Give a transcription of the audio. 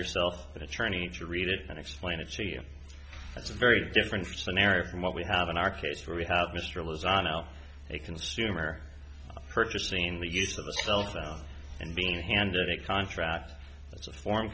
yourself an attorney to read it and explain it to you that's a very different scenario from what we have in our case where we have mr lozano a consumer purchasing the use of a cell phone and being handed a contract as a form